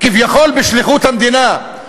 כביכול בשליחות המדינה.